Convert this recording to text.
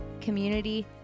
community